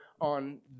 on